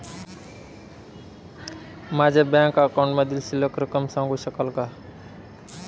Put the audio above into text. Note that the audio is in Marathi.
माझ्या बँक अकाउंटमधील शिल्लक रक्कम सांगू शकाल का?